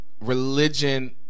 religion